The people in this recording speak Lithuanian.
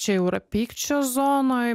čia jau yra pykčio zonoj